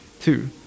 Two